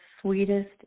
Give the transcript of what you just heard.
sweetest